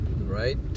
right